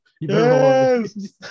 Yes